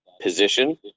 position